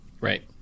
right